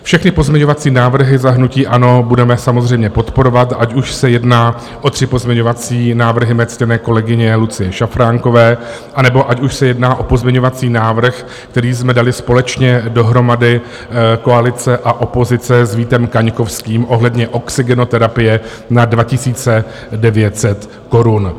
Všechny pozměňovací návrhy za hnutí ANO budeme samozřejmě podporovat, ať už se jedná o tři pozměňovací návrhy mé ctěné kolegyně Lucie Šafránkové, anebo ať už se jedná o pozměňovací návrh, který jsme dali společně dohromady koalice a opozice s Vítem Kaňkovským ohledně oxygenoterapie na 2 900 korun.